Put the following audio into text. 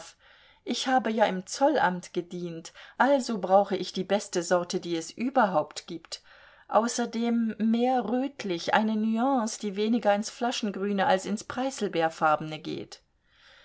ich habe ja im zollamt gedient also brauche ich die beste sorte die es überhaupt gibt außerdem mehr rötlich eine nuance die weniger ins flaschengrüne als ins preißelbeerfarbene geht